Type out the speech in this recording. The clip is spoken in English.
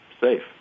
safe